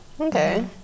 okay